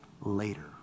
later